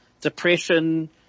depression